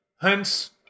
Hence